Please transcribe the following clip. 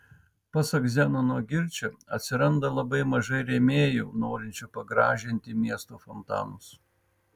pasak zenono girčio atsiranda labai mažai rėmėjų norinčių pagražinti miesto fontanus